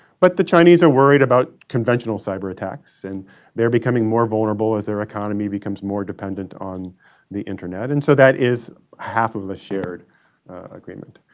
but the chinese are worried about conventional cyber attacks and they're becoming more vulnerable as their economy becomes more dependent on the internet, and so that is half of a shared agreement.